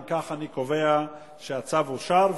אם כך, אני קובע שהצו אושר.